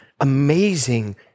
amazing